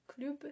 club